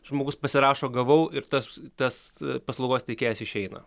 žmogus pasirašo gavau ir tas tas paslaugos teikėjas išeina